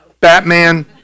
Batman